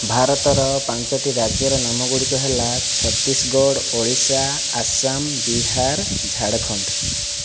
ଭାରତର ପାଞ୍ଚଟି ରାଜ୍ୟର ନାମ ଗୁଡ଼ିକ ହେଲା ଛତିଶଗଡ଼ ଓଡ଼ିଶା ଆସାମ ବିହାର ଝାଡ଼ଖଣ୍ଡ